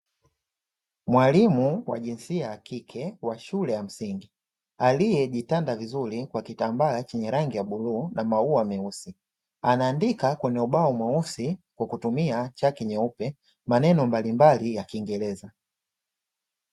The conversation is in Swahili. Walimu wa jinsia ya kike wa shule ya msingi, aliyejitanda vizuri kwa kitambaa cha rangi ya bluu na mauwa meusi, anaandika kwenye ubao mweusi kwa kutumia chaki nyeupe maneno mbalimbali ya kingereza.